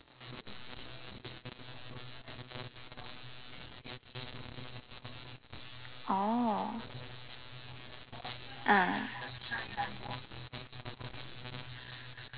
oh ah